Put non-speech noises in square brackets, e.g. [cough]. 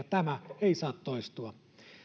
[unintelligible] tämä ei saa toistua